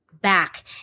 back